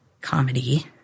comedy